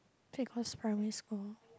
because primary school